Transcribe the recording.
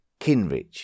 Kinrich